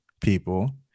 people